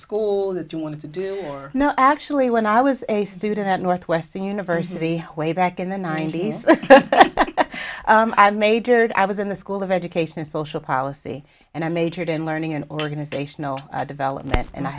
school that you wanted to do or no actually when i was a student at northwestern university way back in the ninety's i majored i was in the school of education and social policy and i majored in learning and organizational development and i